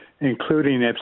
including